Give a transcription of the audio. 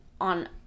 on